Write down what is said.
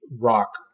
rock